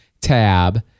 tab